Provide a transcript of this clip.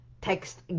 text